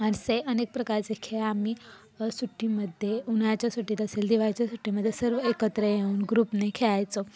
असे अनेक प्रकारचे खेळ आम्ही सुट्टीमध्ये उन्हाळ्याच्या सुट्टीत असेल दिवाळीच्या सुट्टीमध्ये सर्व एकत्र येऊन ग्रुपने खेळायचो